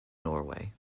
norway